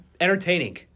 Entertaining